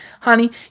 Honey